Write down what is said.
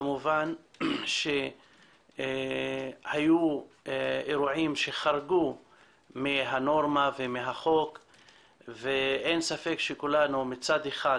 כמובן שהיו אירועים שחרגו מהנורמה ומהחוק ואין ספק שכולנו מצד אחד